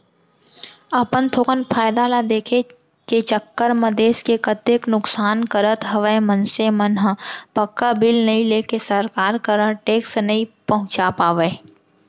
अपन थोकन फायदा ल देखे के चक्कर म देस के कतेक नुकसान करत हवय मनसे मन ह पक्का बिल नइ लेके सरकार करा टेक्स नइ पहुंचा पावय